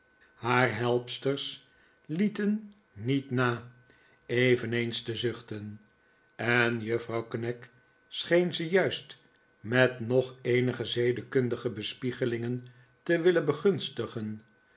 haar helpsters lieten niet na eveneens te zuchten en juffrouw knag scheen ze juist met nog eenige zedekundige bespiegelingen te willen begunstigen